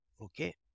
Okay